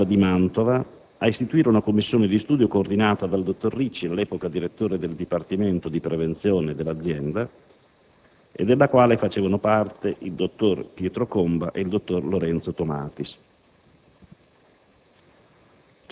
ha indotto l'ASL di Mantova ad istituire una commissione di studio coordinata dal dottor Ricci, all'epoca direttore del dipartimento di prevenzione dell'azienda, e della quale facevano parte il dottor Pietro Comba ed il dottor Lorenzo Tomatis.